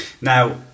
Now